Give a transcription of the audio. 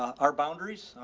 our boundaries.